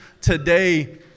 today